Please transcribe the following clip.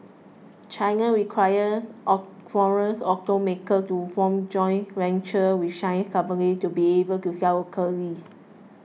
China requires foreign automakers to form joint ventures with Chinese companies to be able to sell locally